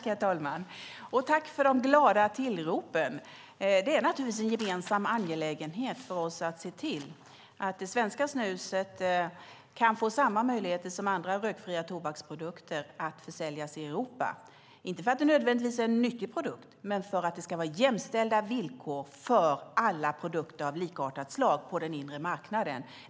Herr talman! Jag tackar för de glada tillropen. Det är naturligtvis en gemensam angelägenhet för oss att se till att det svenska snuset kan få samma möjligheter som andra rökfria tobaksprodukter att försäljas i Europa, inte för att det nödvändigtvis är en nyttig produkt utan för att det ska vara jämställda villkor för alla produkter av likartat slag på den inre marknaden.